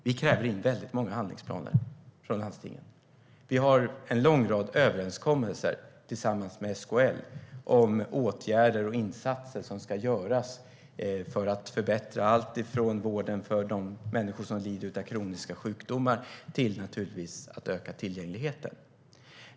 Vi kräver in väldigt många handlingsplaner från landstingen. Vi har en lång rad överenskommelser med SKL om åtgärder och insatser för att göra allt från att förbättra vården för människor som lider av kroniska sjukdomar till att öka tillgängligheten.